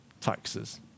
taxes